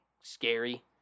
scary